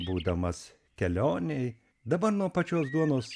būdamas kelionėj dabar nuo pačios duonos